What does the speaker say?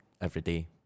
Everyday